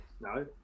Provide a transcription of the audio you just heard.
no